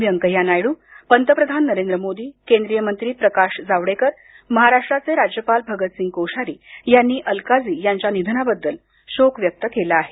व्यंकय्या नायडू पंतप्रधान नरेंद्र मोदी केंद्रीय मंत्री प्रकाश जावडेकर महाराष्ट्राचे राज्यपाल भगतसिंग कोश्यारी यांनी अलकाजी यांच्या निधनाबद्दल शोक व्यक्त केला आहे